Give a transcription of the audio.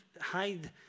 hide